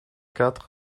quatre